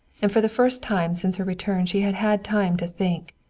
and for the first time since her return she had had time to think.